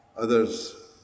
others